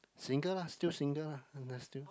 single lah still single lah and I still